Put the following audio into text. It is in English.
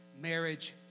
Marriage